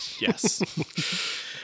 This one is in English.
Yes